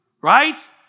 right